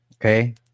Okay